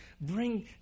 Bring